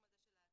הזה של ההסעות.